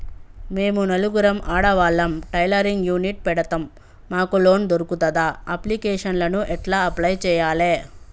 మేము నలుగురం ఆడవాళ్ళం టైలరింగ్ యూనిట్ పెడతం మాకు లోన్ దొర్కుతదా? అప్లికేషన్లను ఎట్ల అప్లయ్ చేయాలే?